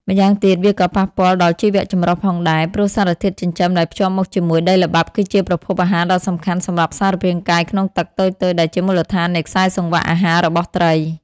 ម្យ៉ាងទៀត វាក៏ប៉ះពាល់ដល់ជីវចម្រុះផងដែរ ព្រោះសារធាតុចិញ្ចឹមដែលភ្ជាប់មកជាមួយដីល្បាប់គឺជាប្រភពអាហារដ៏សំខាន់សម្រាប់សារពាង្គកាយក្នុងទឹកតូចៗ ដែលជាមូលដ្ឋាននៃខ្សែសង្វាក់អាហាររបស់ត្រី។